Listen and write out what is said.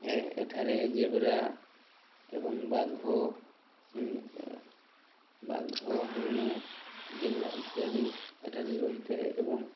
ଏ ଏଠାରେ ଜେବ୍ରା ଏବଂ ବାଘ ବାଘ ହରିଣ ଜେବ୍ରା ଇତ୍ୟାଦି ଏଠାରେ ରହିଥାଏ ଏବଂ